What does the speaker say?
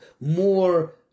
more